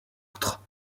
autres